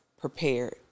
prepared